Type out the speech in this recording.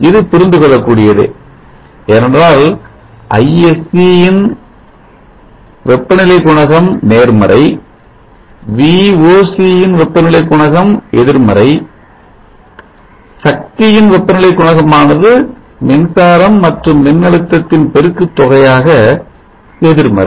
இது புரிந்து கொள்ளக் கூடியதே ஏனென்றால் Isc இன் வெப்பநிலை குணகம் நேர்மறை VOC இன் வெப்பநிலை குணகம் எதிர்மறை சக்தியின் வெப்பநிலை குணகமானது மின்சாரம் மற்றும் மின்னழுத்தத்தின் பெருக்கு தொகையாக எதிர்மறை